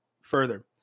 further